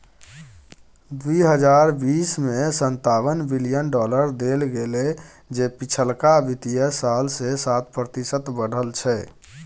दुइ हजार बीस में सनतावन बिलियन डॉलर देल गेले जे पिछलका वित्तीय साल से सात प्रतिशत बढ़ल छै